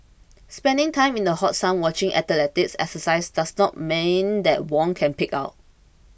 spending time in the hot sun watching athletes exercise does not mean that Wong can pig out